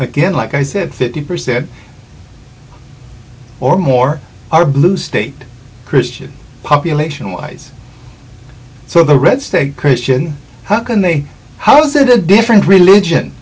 again like i said fifty percent or more are blue state christian population wise so the red state christian how can they how is it a different religion